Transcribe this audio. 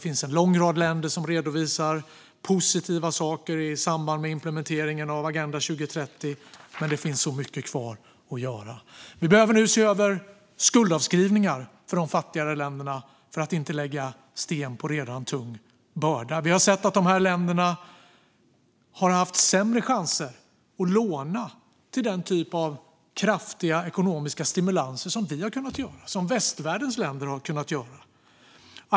En lång rad länder redovisar positiva saker i samband med implementeringen av Agenda 2030. Men det finns mycket kvar att göra. Vi behöver se över skuldavskrivningar för de fattigare länderna för att inte lägga sten på redan tung börda. Vi har sett att de länderna har haft sämre chanser att låna till den typ av kraftiga ekonomiska stimulanser som vi, västvärldens länder, har kunnat göra.